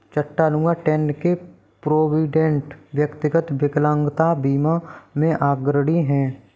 Chattanooga, Tenn के Provident, व्यक्तिगत विकलांगता बीमा में अग्रणी हैं